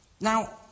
Now